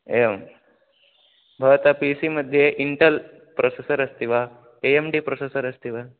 एवं भवतः P C मध्ये इण्टल् प्रोसेसर् अस्ति वा ए एम् डि प्रोसेसर् अस्ति वा